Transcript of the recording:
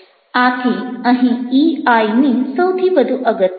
આથી અહીં ઇઆઈની સૌથી વધુ અગત્ય છે